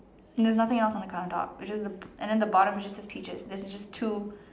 there's nothing else on the counter top it's just the and then the bottom it just says peaches this is just two